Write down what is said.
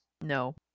No